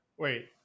Wait